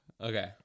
Okay